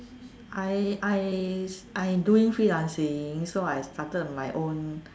I I I doing freelancing so I started my own